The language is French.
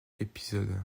épisode